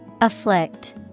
Afflict